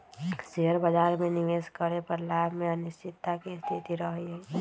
share बाजार में निवेश करे पर लाभ में अनिश्चितता के स्थिति रहइ छइ